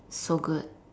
so good